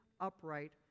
upright